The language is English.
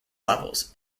levels